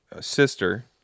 sister